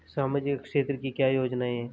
सामाजिक क्षेत्र की योजनाएं क्या हैं?